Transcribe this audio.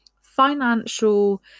financial